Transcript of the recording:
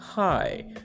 hi